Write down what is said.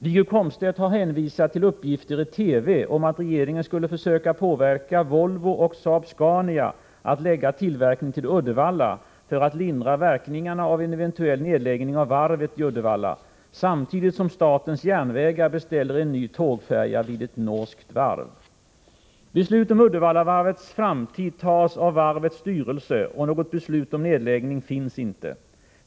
Wiggo Komstedt har hänvisat till uppgifter i TV om att regeringen skulle försöka påverka Volvo och Saab-Scania att lägga tillverkning till Uddevalla för att lindra verkningarna av en eventuell nedläggning av varvet i Uddevalla, samtidigt som statens järnvägar beställer en ny tågfärja vid ett norskt varv. Beslut om Uddevallavarvets framtid tas av varvets styrelse, och något beslut om nedläggning finns inte.